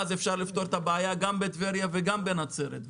ואז אפשר לפתור את הבעיה גם בטבריה וגם בנצרת,